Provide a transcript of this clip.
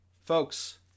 folks